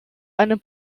einem